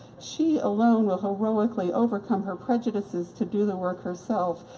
she alone will heroically overcome her prejudices to do the work herself,